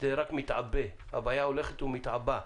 רק הולכת ומתעבה.